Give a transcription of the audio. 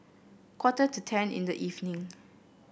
quarter to ten in the evening